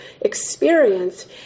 experience